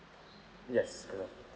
yes correct